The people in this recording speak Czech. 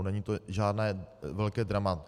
Není to žádné velké drama.